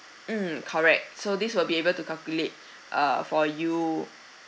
mm correct so this will be able to calculate err for you